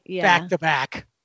back-to-back